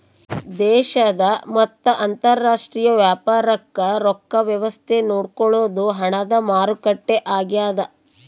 ದೇಶದ ಮತ್ತ ಅಂತರಾಷ್ಟ್ರೀಯ ವ್ಯಾಪಾರಕ್ ರೊಕ್ಕ ವ್ಯವಸ್ತೆ ನೋಡ್ಕೊಳೊದು ಹಣದ ಮಾರುಕಟ್ಟೆ ಆಗ್ಯಾದ